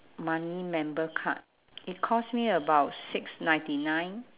monthly member card it cost me about six ninety nine